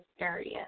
area